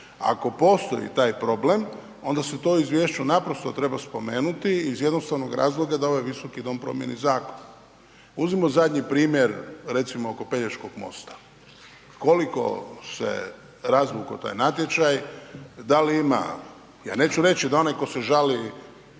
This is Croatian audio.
Ako postoji taj problem, onda se to u izvješću naprosto treba spomenuti iz jednostavnog razloga da ovaj Visoki dom promijeni zakon. Uzmimo zadnji primjer recimo oko Pelješkog mosta. Koliko se razvukao taj natječaj, da li ima, ja neću reći da onaj tko se žali